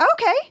Okay